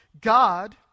god